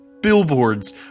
billboards